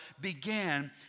began